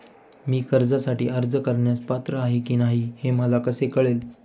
मी कर्जासाठी अर्ज करण्यास पात्र आहे की नाही हे मला कसे कळेल?